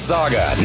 Saga